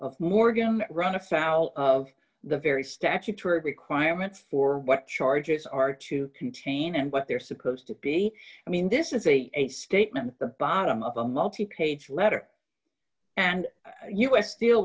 morgan run afoul of the very statutory requirements for what charges are to contain and what they're supposed to be i mean this is a statement on the bottom of a multi page letter and u s st